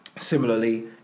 similarly